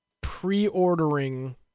pre-ordering